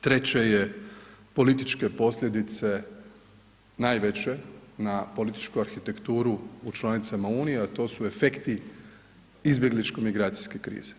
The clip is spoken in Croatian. Treće je političke posljedice najveće na političku arhitekturu u članicama Unije, a to su efekti izbjegličko-migracijske krize.